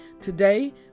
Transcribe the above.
Today